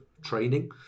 training